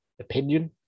opinion